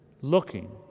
looking